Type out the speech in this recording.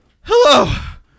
Hello